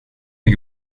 det